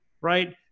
right